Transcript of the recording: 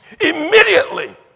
immediately